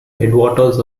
headwaters